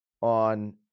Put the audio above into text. on